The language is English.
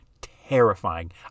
Terrifying